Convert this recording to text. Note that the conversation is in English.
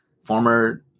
former